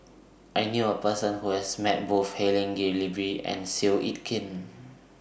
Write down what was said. I knew A Person Who has Met Both Helen Gilbey and Seow Yit Kin